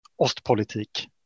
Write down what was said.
Ostpolitik